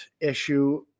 issue